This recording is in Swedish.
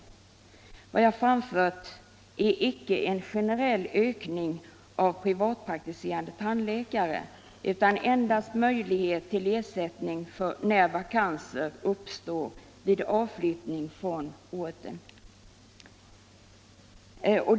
Men vad jag begärt är icke en generell ökning av antalet privatpraktiserande tandläkare utan endast möjlighet till ersättning när vakanser uppstår vid avflyttning från en ort.